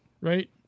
right